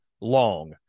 long